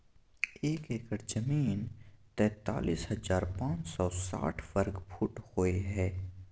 एक एकड़ जमीन तैंतालीस हजार पांच सौ साठ वर्ग फुट होय हय